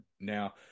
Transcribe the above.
Now